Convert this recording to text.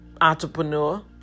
entrepreneur